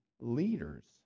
leaders